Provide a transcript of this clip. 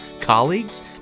colleagues